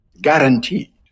Guaranteed